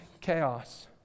chaos